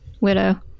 widow